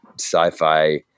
sci-fi